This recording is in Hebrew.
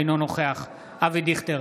אינו נוכח אבי דיכטר,